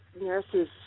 nurses